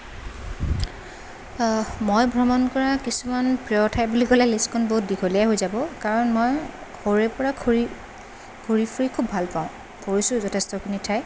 মই ভ্ৰমণ কৰা কিছুমান প্ৰিয় ঠাই বুলি ক'লে লিষ্টখন বহুত দীঘলীয়া হৈ যাব কাৰণ মই সৰুৰে পৰা খুৰি ঘূৰি ফুৰি খুব ভাল পাওঁ ফুৰিছোঁ যথেষ্টখিনি ঠাই